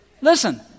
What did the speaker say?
Listen